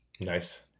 Nice